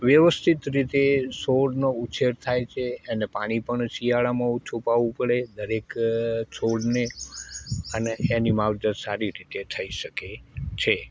વ્યવસ્થિત રીતે છોડનો ઉછેર થાય છે એને પાણી પણ શિયાળામાં ઓછું પાવું પડે દરેક છોડને અને એની માવજત સારી રીતે થઈ શકે છે